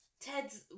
Ted's